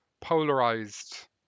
polarized